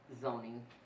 zoning